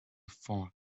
for